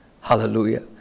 Hallelujah